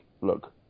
look